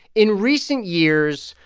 in recent years,